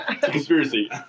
conspiracy